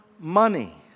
money